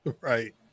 Right